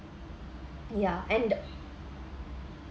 yeah and